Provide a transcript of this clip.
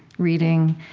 reading,